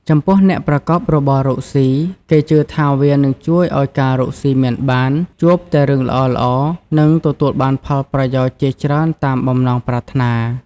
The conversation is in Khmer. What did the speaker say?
ចំពោះអ្នកប្រកបរបររកស៊ី គេជឿថាវានឹងជួយឲ្យការរកស៊ីមានបាន ជួបតែរឿងល្អៗ និងទទួលបានផលប្រយោជន៍ជាច្រើនតាមបំណងប្រាថ្នា។